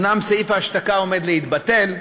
אומנם סעיף ההשתקה עומד להתבטל,